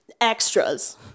extras